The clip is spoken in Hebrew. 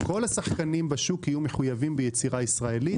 כל השחקנים בשוק יהיו מחויבים ביצירה ישראלית